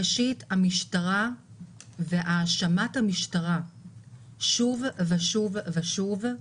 ראשית, האשמת המשטרה שוב ושוב ושוב,